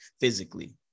physically